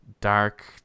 dark